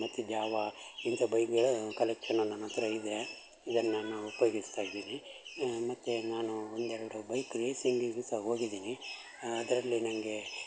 ಮತ್ತು ಜಾವ ಇಂಥ ಬೈಕ್ಗಳ ಕಲೆಕ್ಷನ್ ನನ್ನ ಹತ್ರ ಇದೆ ಇದನ್ನು ನಾನು ಉಪಯೋಗಿಸ್ತಾ ಇದ್ದೀನಿ ಮತ್ತು ನಾನು ಒಂದೆರಡು ಬೈಕ್ ರೇಸಿಂಗಿಗೂ ಸಹ ಹೋಗಿದೀನಿ ಅದರಲ್ಲಿ ನನಗೆ